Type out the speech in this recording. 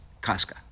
Casca